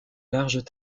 large